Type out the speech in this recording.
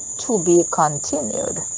to-be-continued